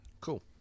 Cool